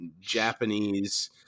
Japanese